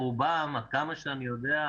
רובם עד כמה שאני יודע,